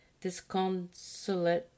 disconsolate